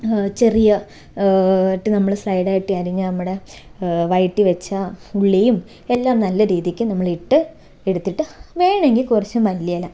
ചെറിയ യിട്ട് സ്ലൈഡ് ആയിട്ട് അരിഞ്ഞ നമ്മുടെ വഴറ്റി വെച്ച ഉള്ളിയും എല്ലാം നല്ല രീതിക്ക് നമ്മൾ ഇട്ട് എടുത്തിട്ട് വേണമെങ്കിൽ കുറച്ച് മല്ലിയില